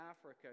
Africa